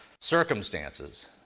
circumstances